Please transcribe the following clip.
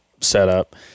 setup